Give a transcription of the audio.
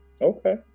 okay